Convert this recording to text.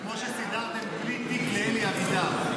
כמו שסידרתם "בלי תיק" לאלי אבידר.